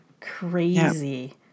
Crazy